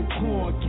corn